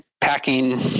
packing